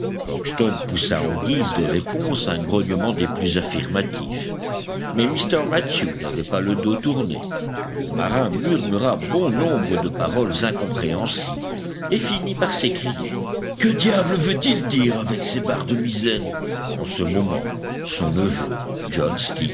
en guise de réponse un grognement des plus affirmatifs mais mr mathew n'avait pas le dos tourné que le marin murmura bon nombre de paroles incompréhensibles et finit par s'écrier que diable veut-il dire avec ses barres de misaine en ce moment son neveu john